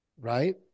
right